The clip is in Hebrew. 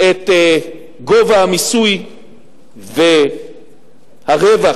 את גובה המיסוי והרווח,